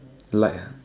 like